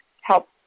help